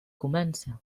comence